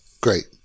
Great